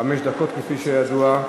חמש דקות, כפי שידוע.